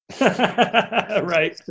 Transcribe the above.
right